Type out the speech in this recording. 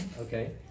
okay